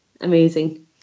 amazing